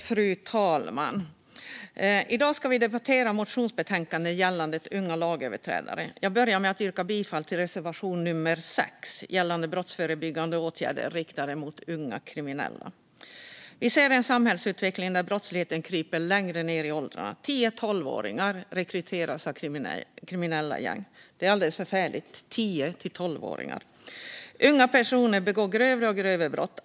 Fru talman! I dag ska vi debattera motionsbetänkandet gällande unga lagöverträdare. Jag börjar med att yrka bifall till reservation nummer 6 om brottsförebyggande åtgärder riktade mot unga kriminella. Vi ser en samhällsutveckling där brottsligheten kryper längre ned i åldrarna. Tio till tolvåringar rekryteras av kriminella gäng. Det är alldeles förfärligt. Unga personer begår grövre och grövre brott.